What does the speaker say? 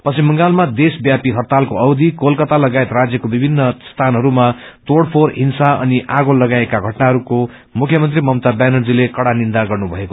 पश्चिम बंगालमा देशव्यापी हड़तालको अवधि कलकता लगायत रान्यको विभित्र स्थानहरूमा तोड़फोड़ हिंसा अनि आगो लगाइएको षटनाहरूको मुख्यमन्त्री यमता व्यानर्जीले कड़ा निन्दा गर्नुभएको छ